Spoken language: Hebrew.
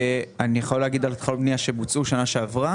אני יכול לומר על התחלות בנייה שבוצעו בשנה שעברה.